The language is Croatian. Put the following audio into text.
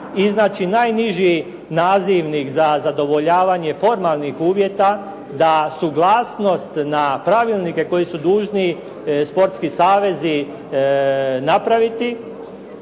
iznaći najniži nazivnik za zadovoljavanje formalnih uvjeta, da suglasnost na pravilnike koji su dužni sportski savezi napraviti